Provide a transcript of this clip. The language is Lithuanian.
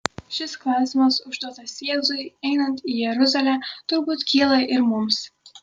šis klausimas užduotas jėzui einant į jeruzalę turbūt kyla ir mums